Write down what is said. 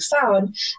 found